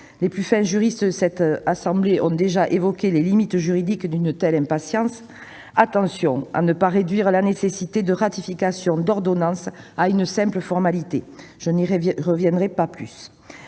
Les plus fins juristes de cette assemblée ont déjà évoqué les limites juridiques d'une telle impatience ... Attention à ne pas réduire la ratification d'une ordonnance à une simple formalité ! Je n'y reviendrai pas.